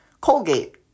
Colgate